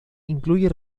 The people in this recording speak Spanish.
incluye